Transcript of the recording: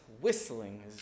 Whistling